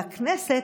והכנסת,